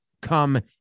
Come